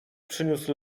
przyniósł